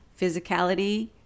physicality